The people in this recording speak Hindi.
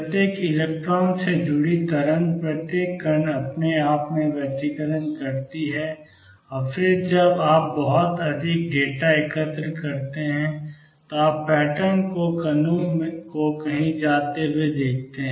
प्रत्येक इलेक्ट्रॉन से जुड़ी तरंग प्रत्येक कण अपने आप में व्यतिकरण करती है और फिर जब आप बहुत अधिक डेटा एकत्र करते हैं तो आप पैटर्न को कणों को कहीं जाते हुए देखते हैं